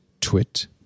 twit